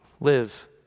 live